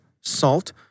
SALT